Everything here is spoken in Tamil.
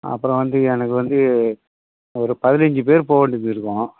அப்புறம் வந்து எனக்கு வந்து ஒரு பதினஞ்சு பேர் போகவேண்டியது இருக்கும்